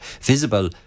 visible